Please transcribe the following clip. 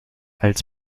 als